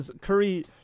Curry